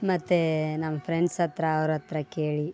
ಮತ್ತು ನಮ್ಮ ಫ್ರೆಂಡ್ಸ್ ಹತ್ತಿರ ಅವ್ರ ಹತ್ರ ಕೇಳಿ